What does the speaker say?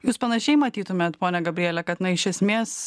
jūs panašiai matytumėt ponia gabriele kad na iš esmės